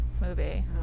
movie